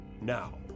now